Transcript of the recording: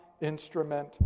instrument